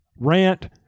rant